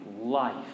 life